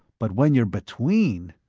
but when you're between,